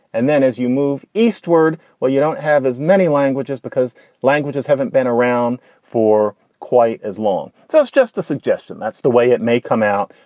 and then as you move eastward, well, you don't have as many languages because languages haven't been around for quite as long. so it's just a suggestion that's the way it may come out.